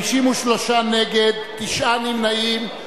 53 נגד, תשעה נמנעים.